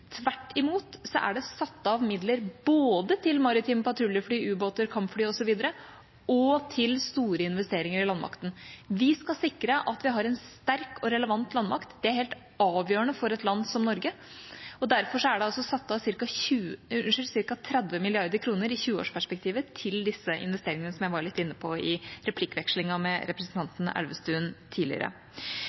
Tvert imot er det satt av midler både til maritime patruljefly, ubåter, kampfly osv. og til store investeringer i landmakten. Vi skal sikre at vi har en sterk og relevant landmakt. Det er helt avgjørende for et land som Norge. Derfor er det satt av ca. 30 mrd. kr i 20-årsperspektivet til disse investeringene, som jeg var litt inne på i replikkvekslingen med representanten Elvestuen tidligere.